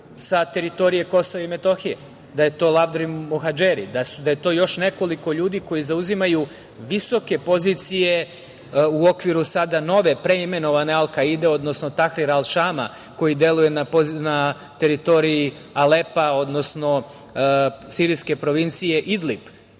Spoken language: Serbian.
sa teritorije Kosova i Metohije, da je to Ladrim Muhadžeri, da je to još nekoliko ljudi koji zauzimaju visoke pozicije u okviru sada nove, preimenovane Al Kaide, odnosno Tahrira Al Šama koji deluje na teritoriji Alepa, odnosno sirijske provincije Idlip